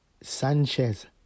Sanchez